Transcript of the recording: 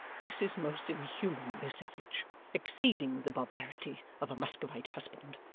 this is most inhumanly savage exceeding the barbarity of a muscovite husband.